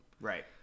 Right